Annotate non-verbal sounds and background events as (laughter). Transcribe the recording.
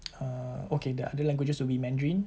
(noise) err okay the other languages will be mandarin